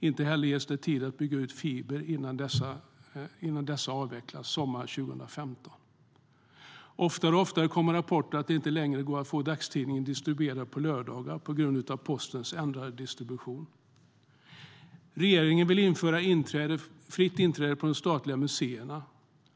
Inte heller ges det tid att bygga ut fiber innan dessa avvecklas sommaren 2015.Regeringen vill införa fritt inträde på de statliga museerna.